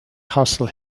hustle